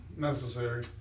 necessary